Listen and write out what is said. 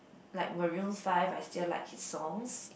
like Maroon-Five I still like his songs